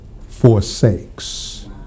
forsakes